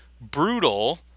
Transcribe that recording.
brutal